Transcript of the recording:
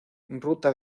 ruta